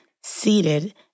seated